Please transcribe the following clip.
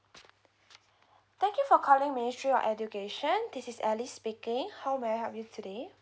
thank you for calling ministry of education this is alice speaking how may I help you today